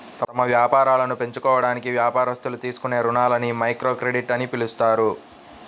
తమ వ్యాపారాలను పెంచుకోవడానికి వ్యాపారస్తులు తీసుకునే రుణాలని మైక్రోక్రెడిట్ అని పిలుస్తారు